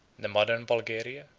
the modern bulgaria,